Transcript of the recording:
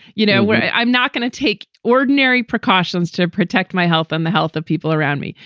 you know, i'm not going to take ordinary precautions to protect my health and the health of people around me.